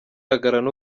ahagaragara